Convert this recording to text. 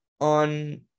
on